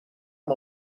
amb